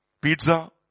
Pizza